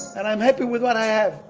and i'm happy with what i have.